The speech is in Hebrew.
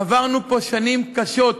שנים קשות.